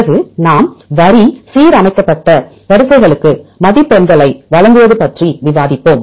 பிறகு நாம் வரி சீரமைக்கப்பட்ட வரிசைகளுக்கு மதிப்பெண்களை வழங்குவது பற்றி விவாதிப்போம்